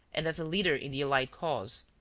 and as leader in the allied cause.